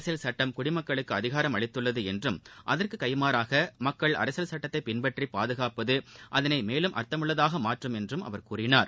அரசியல் சுட்டம் குடிமக்களுக்கு அதிகாரம் அளித்துள்ளது என்றும் அகற்கு கைமாறாக மக்கள் அரசியல் சட்டத்தை பின்பற்றி பாதுகாப்பது அதனை மேலும் அர்த்தமுள்ளதாக மாற்றும் என்றும் அவர் கூறினார்